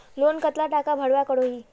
Loan कतला टाका भरवा करोही?